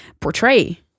portray